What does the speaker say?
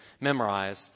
memorize